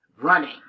Running